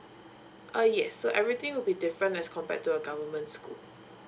uh yes so everything will be different as compared to a government school